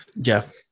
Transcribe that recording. Jeff